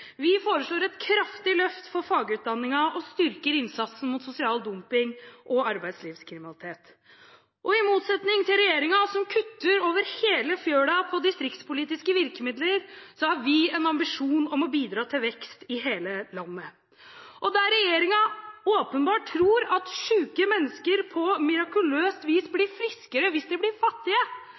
Vi foreslår et kraftig løft for fagutdanningen og styrker innsatsen mot sosial dumping og arbeidslivskriminalitet. I motsetning til regjeringen, som kutter over hele fjøla på distriktspolitiske virkemidler, har vi en ambisjon om å bidra til vekst i hele landet. Der regjeringen åpenbart tror at syke mennesker på mirakuløst vis blir friskere hvis de blir fattige,